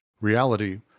Reality